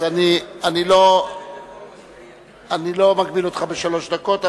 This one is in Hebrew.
אני לא מגביל אותך בשלוש דקות,